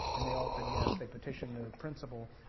and they all said yes, they petitioned the principle,